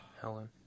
Helen